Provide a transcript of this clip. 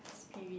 spirit